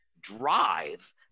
drive